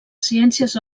ciències